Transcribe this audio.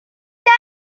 tard